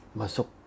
masuk